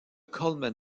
coleman